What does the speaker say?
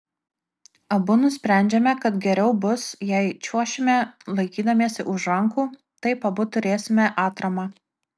abu nusprendžiame kad geriau bus jei čiuošime laikydamiesi už rankų taip abu turėsime atramą